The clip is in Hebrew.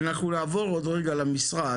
אנחנו נעבור עוד רגע למשרד,